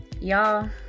Y'all